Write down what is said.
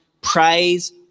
praise